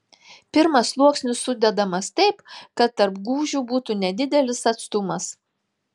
pirmas sluoksnis sudedamas taip kad tarp gūžių būtų nedidelis atstumas